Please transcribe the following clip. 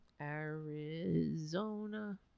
Arizona